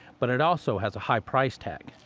but it also has a high price tag.